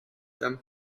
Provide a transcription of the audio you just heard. them